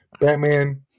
Batman